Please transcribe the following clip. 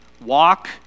Walk